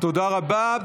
תודה רבה.